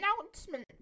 announcement